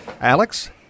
Alex